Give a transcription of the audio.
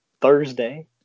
thursday